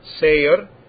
sayer